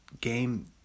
game